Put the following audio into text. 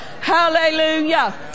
Hallelujah